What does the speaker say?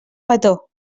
petó